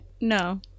No